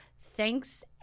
Thanks